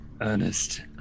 Ernest